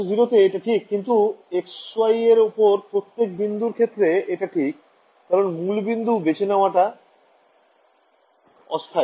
তাই z0 তে এটা ঠিক কিন্তু x y এর ওপর প্রত্যেক বিন্দুর ক্ষেত্রে এটা ঠিক কারণ মূলবিন্দু বেছে নেওয়াটা অস্থায়ী